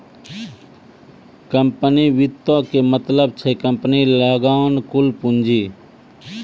company वित्तो के मतलब छै कम्पनी लगां कुल पूंजी